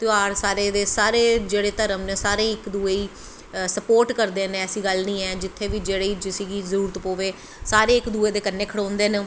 ध्यार जेह्ड़े धर्म न सारें दे सारे इक दुए गी स्पोर्ट करदे न ऐसी गल्ल नी ऐ जित्थें बी जेह्ड़े गी जिसी बी जरूरच पवै सारे इक दुए दे कन्नैं खड़ोंदे नै